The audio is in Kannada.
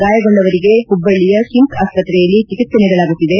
ಗಾಯಗೊಂಡವರಿಗೆ ಹುಬ್ಲಳ್ಳಿಯ ಕಿಮ್ಲ್ ಆಸ್ಪತ್ರೆಯಲ್ಲಿ ಚಿಕಿತ್ಲೆ ನೀಡಲಾಗುತ್ತಿದೆ